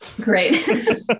Great